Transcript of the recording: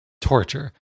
torture